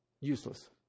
useless